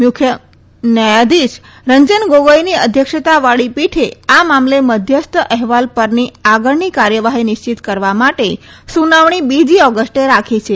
મુખ્ય ન્યાયાધીશ રંજન ગોગોઈની અધ્યક્ષતાવાળી પીઠે આ મામલે મધ્યસ્થ અહેવાલ પરની આગળની કાર્યવાહી નિશ્ચિત કરવા માટે સુનાવણી બીજી ઓગસ્ટે રાખી છે